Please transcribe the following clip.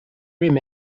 rim